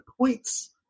points